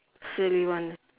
silly one